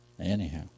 Anyhow